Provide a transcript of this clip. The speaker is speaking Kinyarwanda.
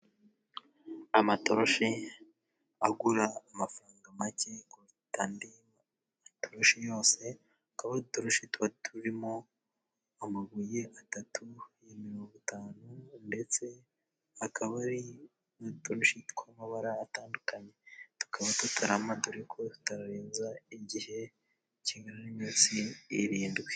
Amatoroshi agura amafaranga make kuruta andi matoroshi yose. Akaba udutoroshi tuba turimo amabuye atatu ya mirongo itanu ndetse akaba ari n'udutoroshi tw'amabara atandukanye. Tukaba tutarama dore ko tutarenza igihe kingana n'iminsi irindwi.